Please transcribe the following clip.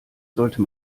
sollte